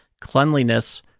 cleanliness